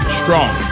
strong